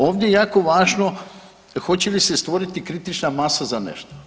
Ovdje je jako važno hoće li se stvoriti kritična masa za nešto.